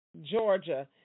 Georgia